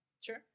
Sure